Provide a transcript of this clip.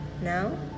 Now